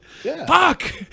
Fuck